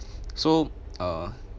so uh